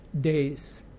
days